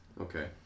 Okay